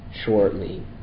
shortly